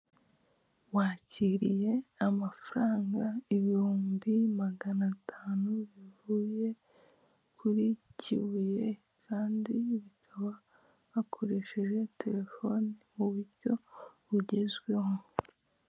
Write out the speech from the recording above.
Wakiriye amafaranga ibihumbi magana atanu, bivuye kuri kibuye kandi bikaba bakoresheje telefoni mu buryo bugezweho.